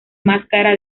máscara